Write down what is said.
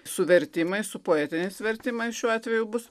su vertimais su poetiniais vertimais šiuo atveju bus